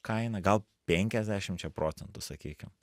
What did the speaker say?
kaina gal penkiasdešimčia procentų sakykim